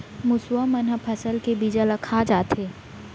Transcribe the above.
मुसवा मन ह फसल के बीजा ल खा जाथे